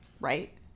right